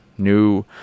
new